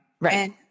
Right